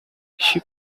she